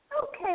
Okay